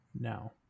Now